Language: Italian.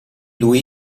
lui